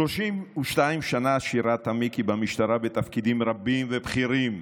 32 שנה שירת, מיקי, במשטרה בתפקידים רבים ובכירים,